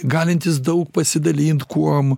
galintis daug pasidalint kuom